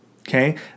Okay